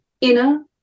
inner